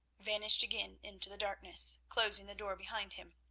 vanished again into the darkness, closing the door behind him.